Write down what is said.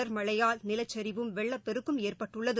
தொடர் மழையால் நிலச்சரிவும் வெள்ளப்பெருக்கும் ஏற்பட்டுள்ளது